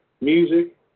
music